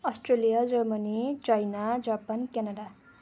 Australia Germany China Japan Canada